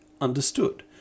understood